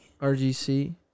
RGC